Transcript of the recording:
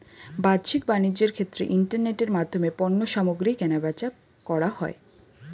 বাহ্যিক বাণিজ্যের ক্ষেত্রে ইন্টারনেটের মাধ্যমে পণ্যসামগ্রী কেনাবেচা করা হয়